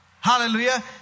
Hallelujah